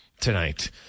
tonight